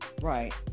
right